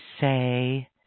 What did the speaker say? say